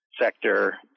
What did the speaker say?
sector